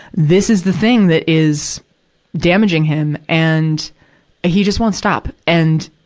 this is the thing that is damaging him, and he just won't stop. and,